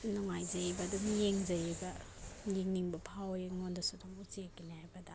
ꯅꯨꯡꯉꯥꯏꯖꯩꯑꯕ ꯑꯗꯨꯝ ꯌꯦꯡꯖꯩꯑꯕ ꯌꯦꯡꯅꯤꯡꯕ ꯐꯥꯎꯋꯦ ꯑꯩꯉꯣꯟꯗꯁꯨ ꯑꯗꯨꯝ ꯎꯆꯦꯛꯀꯤꯅꯦ ꯍꯥꯏꯕꯗ